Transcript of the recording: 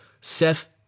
Seth